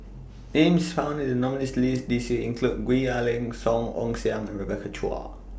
Names found in The nominees' list This Year include Gwee Ah Leng Song Ong Siang Rebecca Chua